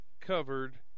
covered